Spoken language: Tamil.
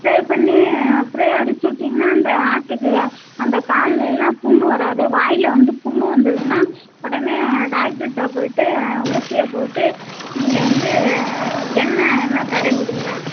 ஸ்ப்ரே பண்ணி ஸ்ப்ரே அடுத்து விட்டீங்கன்னா அந்த ஆட்டுக்கு அந்தக் காலில் எல்லாம் புண்ணு வராது வாயில் வந்து புண்ணு வந்துதுன்னா உடனே டாக்ட்ருகிட்ட போயிட்டு ஊசியைப் போட்டு நீங்கள் வந்து எண்ணெய் எண்ணெய் தடவி விடுங்க